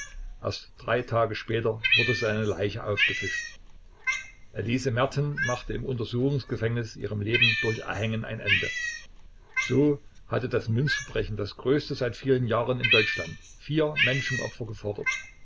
erst drei tage später wurde seine leiche aufgefischt elise merten machte im untersuchungsgefängnis ihrem leben durch erhängen ein ende so hatte das münzverbrechen das größte seit vielen jahren in deutschland vier menschenopfer gefordert